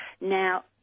Now